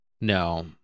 No